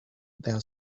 their